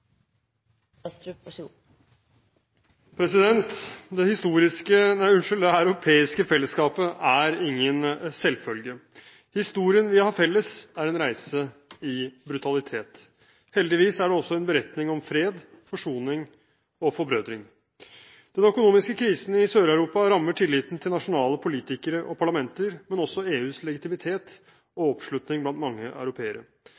ingen selvfølge. Historien vi har felles, er en reise i brutalitet. Heldigvis er det også en beretning om fred, forsoning og forbrødring. Den økonomiske krisen i Sør-Europa rammer tilliten til nasjonale politikere og parlamenter, men også EUs legitimitet og oppslutning blant mange europeere.